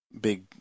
big